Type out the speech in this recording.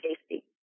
safety